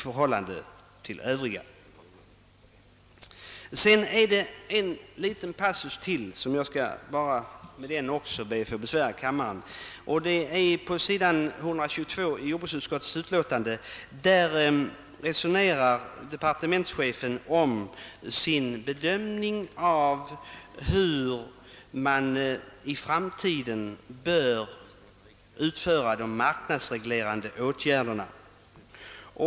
Vidare är det ytterligare en liten passus som jag ber att få besvära kammaren med. I jordbruksutskottets utlåtande på s. 122 återges departementschefens bedömning av hur man i framtiden bör utforma marknadsreglerande åtgärder.